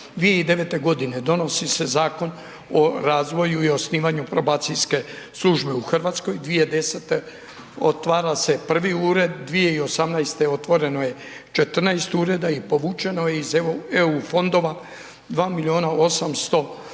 2009. godine donosi se Zakon o razvoju i osnivanju probacijske službe u Hrvatskoj, 2010. otvara se prvi ured, 2018. otvoreno je 14 ureda i povučeno je iz EU fondova 2.800.000